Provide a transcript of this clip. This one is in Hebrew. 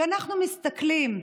כשאנחנו מסתכלים,